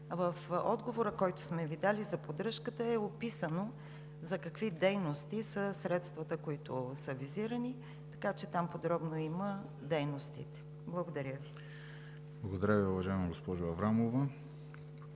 В отговора, който сме Ви дали за поддръжката, е описано за какви дейности са средствата, които са визирани, така че там подробно има дейностите. Благодаря Ви. ПРЕДСЕДАТЕЛ ВЕСЕЛИН МАРЕШКИ: Благодаря Ви, уважаема госпожо Аврамова.